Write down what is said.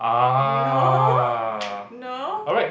no no